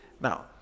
Now